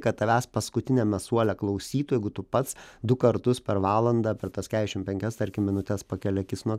kad tavęs paskutiniame suole klausytų jeigu tu pats du kartus per valandą per tas kedešim penkias tarkim minutes pakeli akis nuo